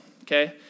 okay